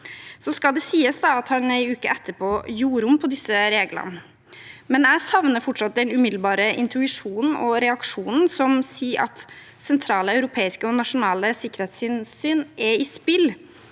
Så skal det sies at han en uke etterpå gjorde om på disse reglene. Likevel savner jeg fortsatt den umiddelbare intuisjonen og reaksjonen som sier at sentrale europeiske og nasjonale sikkerhetshensyn er satt i spill,